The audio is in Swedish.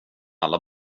alla